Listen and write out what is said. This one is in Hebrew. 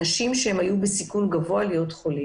אנשים שהיו בסיכון גבוה לחלות.